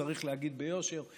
צריך להגיד ביושר,